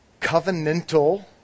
covenantal